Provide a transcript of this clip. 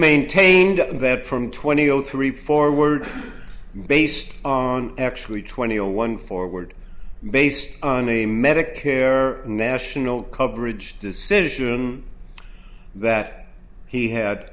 maintained that from twenty zero three forward based on actually twenty one forward based on a medicare national coverage decision that he had